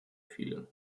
viele